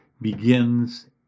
begins